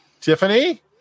Tiffany